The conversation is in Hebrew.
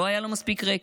לא היה לו מספיק רקע,